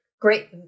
great